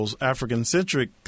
African-centric